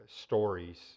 stories